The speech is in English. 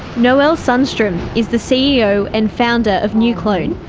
noelle sunstrom is the ceo and founder of neuclone,